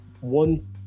one